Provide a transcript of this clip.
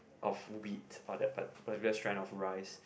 of wheat or that particular strain of rice